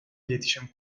iletişim